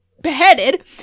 beheaded